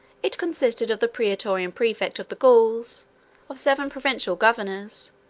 it consisted of the praetorian praefect of the gauls of seven provincial governors,